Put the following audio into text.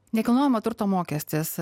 nekilnojamo turto mokestis